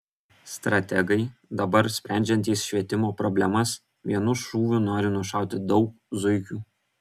strategai dabar sprendžiantys švietimo problemas vienu šūviu nori nušauti daug zuikių